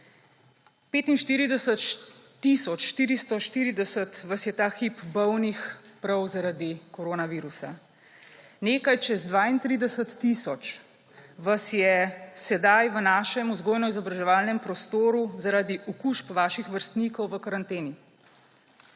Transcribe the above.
45 tisoč 440 vas je ta hip bolnih prav zaradi koronavirusa. Nekaj čez 32 tisoč vas je sedaj v našem vzgojno-izobraževalnem prostoru zaradi okužb vaših vrstnikov v karanteni.